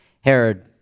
Herod